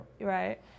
right